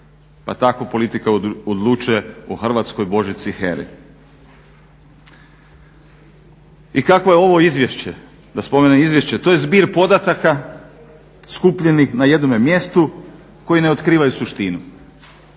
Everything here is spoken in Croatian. Pa tako politika odlučuje o hrvatskoj božici HERA-i. I kakvo je ovo izvješće, da spomenem izvješće, to je zbir podataka skupljenih na jednome mjestu koji ne otkrivaju suštinu.